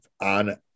on